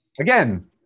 Again